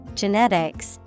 genetics